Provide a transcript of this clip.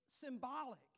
symbolic